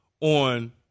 on